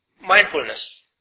mindfulness